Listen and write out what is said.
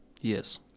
Yes